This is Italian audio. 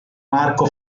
marco